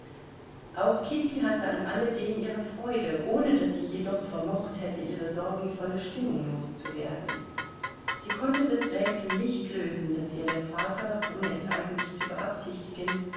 auch kitty hatte an alledem ihre freude ohne daß sie jedoch vermocht hätte ihre sorgenvolle stimmung loszuwerden sie konnte das rätsel nicht lösen das ihr der vater ohne es eigentlich zu beabsichtigen